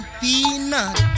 peanut